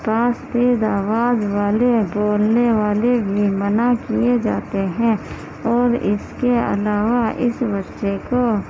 پاس تیز آواز والے بولنے والے منع کیے جاتے ہیں اور اس کے علاوہ اس بچے کو